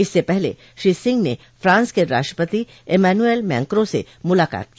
इससे पहले श्री सिंह ने फांस के राष्ट्रपति इमैनुएल मैक्रों से भी मुलाकात की